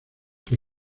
que